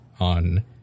on